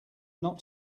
not